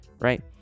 right